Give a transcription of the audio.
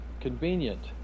convenient